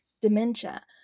dementia